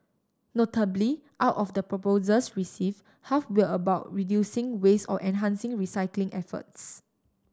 notably out of the proposals receive half where about reducing waste or enhancing recycling efforts